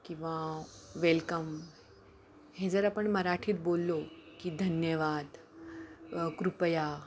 किंवा वेलकम हे जर आपण मराठीत बोललो की धन्यवाद कृपया